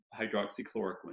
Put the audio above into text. hydroxychloroquine